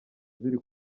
ziri